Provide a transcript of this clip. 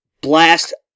blast